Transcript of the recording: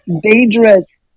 dangerous